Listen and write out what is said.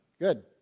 Good